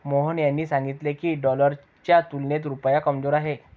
मोहन यांनी सांगितले की, डॉलरच्या तुलनेत रुपया कमजोर आहे